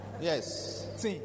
yes